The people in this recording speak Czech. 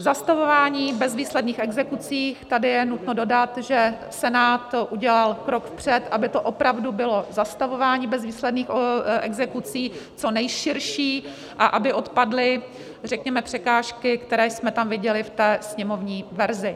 Zastavování bezvýsledných exekucí tady je nutno dodat, že Senát udělal krok vpřed, aby opravdu bylo zastavování bezvýsledných exekucí co nejširší a aby odpadly překážky, které jsme tam viděli v sněmovní verzi.